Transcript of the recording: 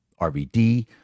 RVD